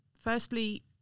Firstly